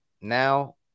Now